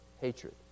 hatred